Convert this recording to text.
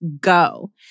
go